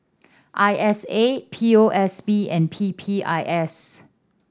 I S A P O S B and P P I S